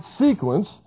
sequence